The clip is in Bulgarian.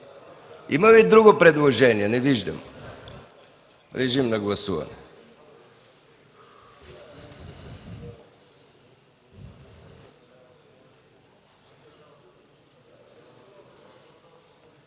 Има ли друго предложение? Не виждам. Режим на гласуване!